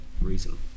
reason